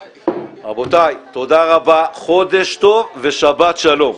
רבותיי, תודה רבה, חודש טוב ושבת שלום.